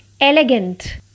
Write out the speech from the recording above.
Elegant